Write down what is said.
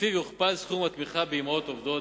שלפיו יוכפל סכום התמיכה באמהות עובדות.